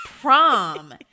prom